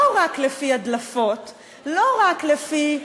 לא רק לפי הדלפות,